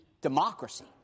democracy